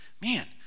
man